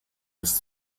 bis